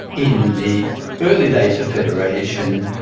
in the early days of federation,